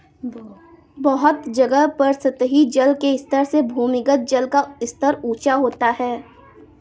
बहुत जगहों पर सतही जल के स्तर से भूमिगत जल का स्तर ऊँचा होता है